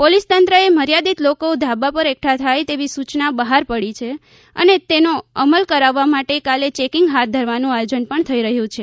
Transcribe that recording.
police તંત્ર એ મર્યાદિત લોકો ધાબા પર એકઠા થાય તેવી સૂચના બહાર પાડી છે અને તેનો અમલ કરાવવા માટે કાલે ચેકિંગ હાથ ધરવાનું આયોજન પણ થઈ રહ્યું છે